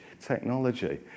technology